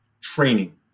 training